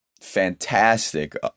fantastic